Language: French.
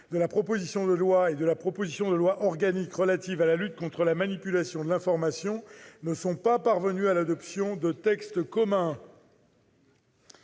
de la proposition de loi et de la proposition de loi organique relatives à la lutte contre la manipulation de l'information ne sont pas parvenues à l'adoption de textes communs.